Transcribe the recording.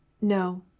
No